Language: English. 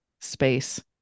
space